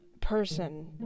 person